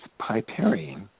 piperine